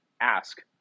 ask